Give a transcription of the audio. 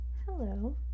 Hello